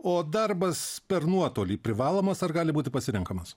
o darbas per nuotolį privalomas ar gali būti pasirenkamas